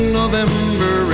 november